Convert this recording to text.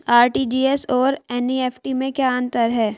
RTGS और NEFT में क्या अंतर है?